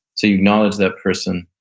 so you acknowledge that person,